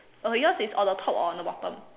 uh yours is on the top or on the bottom